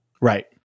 right